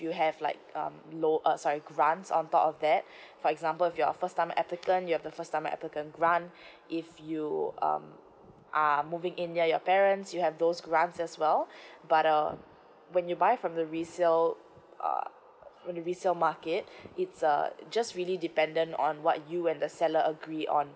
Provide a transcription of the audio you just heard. you have like um low uh sorry grants on top of that for example if you're first time applicant you have the first time applicant grant if you um are moving in your your parents you have those grants as well but uh when you buy from the resale uh resale market it's a just really dependent on what you and the seller agree on